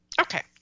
Okay